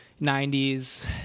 90s